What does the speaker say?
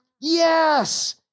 Yes